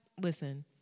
listen